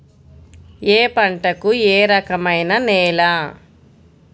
ఏ పంటకు ఏ రకమైన నేల?